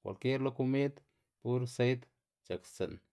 kwalkier lo komid pur seid c̲h̲akstsi'n.